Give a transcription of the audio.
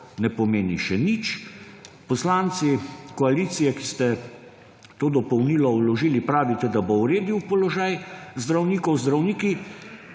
ne pomeni še nič. Poslanci koalicije, ki ste to dopolnilo vložili, pravite, da bo uredil položaj zdravnikov. Zdravniki